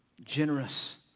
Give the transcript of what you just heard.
Generous